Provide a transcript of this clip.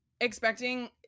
expecting